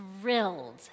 thrilled